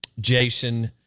Jason